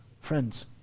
friends